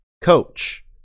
coach